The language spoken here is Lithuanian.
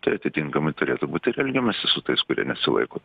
tai atitinkamai turėtų būti ir elgiamasi su tais kurie nesilaiko